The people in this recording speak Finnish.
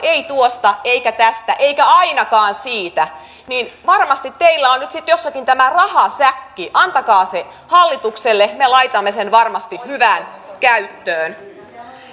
ei tuosta eikä tästä eikä ainakaan siitä niin varmasti teillä on nyt jossakin tämä rahasäkki antakaa se hallitukselle me laitamme sen varmasti hyvään käyttöön